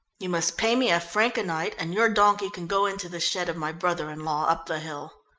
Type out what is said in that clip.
you must pay me a franc a night, and your donkey can go into the shed of my brother-in-law up the hill.